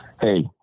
Hey